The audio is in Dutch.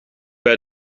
bij